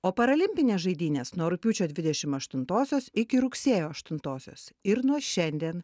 o paralimpinės žaidynės nuo rugpjūčio dvidešim aštuntosios iki rugsėjo aštuntosios ir nuo šiandien